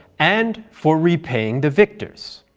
and for repaying the victors.